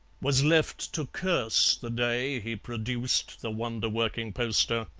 was left to curse the day he produced the wonder-working poster.